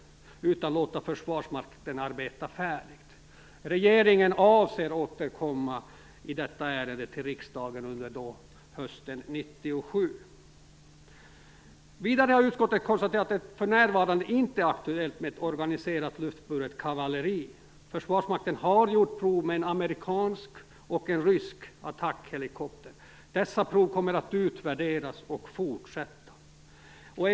I stället bör man låta Försvarsmakten arbeta färdigt. Regeringen avser att återkomma till riksdagen i detta ärende under hösten 1997. Vidare har utskottet konstaterat att det för närvarande inte är aktuellt med ett organiserat luftburet kavalleri. Försvarsmakten har utfört prov med en amerikansk och en rysk attackhelikopter. Dessa prov skall utvärderas, och man fortsätter med proven.